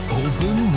open